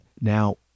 Now